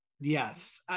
Yes